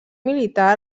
militar